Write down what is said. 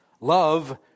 Love